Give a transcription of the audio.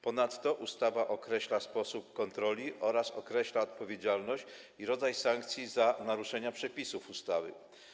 Ponadto ustawa określa sposób kontroli oraz określa odpowiedzialność i rodzaj sankcji za naruszenia przepisów ustawy.